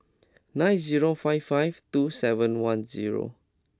nine zero five five two seven one zero